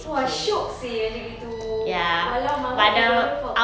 !wah! shiok seh macam gitu !walao! my [one] even though for